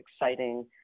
exciting